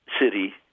City